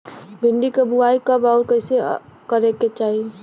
भिंडी क बुआई कब अउर कइसे करे के चाही?